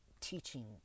teaching